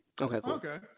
Okay